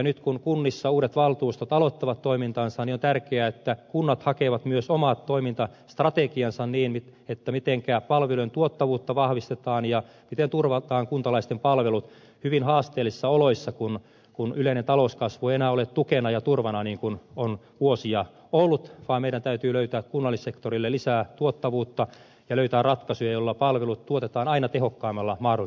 nyt kun kunnissa uudet valtuustot aloittavat toimintansa niin on tärkeää että kunnat hakevat myös omat toimintastrategiansa siinä mitenkä palvelujen tuottavuutta vahvistetaan ja miten turvataan kuntalaisten palvelut hyvin haasteellisissa oloissa kun yleinen talouskasvu ei enää ole tukena ja turvana niin kuin on vuosia ollut vaan meidän täytyy löytää kunnallissektorille lisää tuottavuutta ja löytää ratkaisuja joilla palvelut tuotetaan aina tehokkaimmalla mahdollisella tavalla